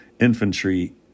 infantry